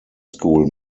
school